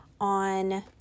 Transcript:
on